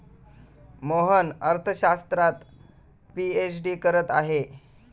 मोहन अर्थशास्त्रात पीएचडी करत आहे